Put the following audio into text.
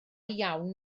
iawn